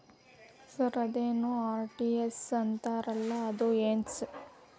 Sir ಅದೇನು RTGS ಅಂತಾರಲಾ ಅದು ಏನ್ರಿ?